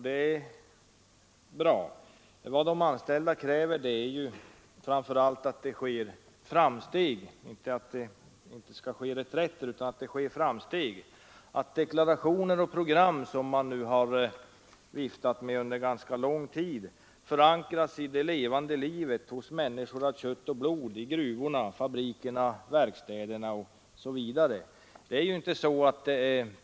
Det är bra men det räcker inte! Vad de anställda framför allt kräver är inte att det inte görs reträtter utan att det sker framsteg, att deklarationer och program som man viftat med under ganska lång tid förankras i det levande livet hos människor av kött och blod i gruvor, på fabriker och i verkstäder.